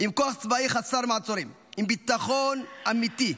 עם כוח צבאי חסר מעצורים, עם ביטחון אמיתי,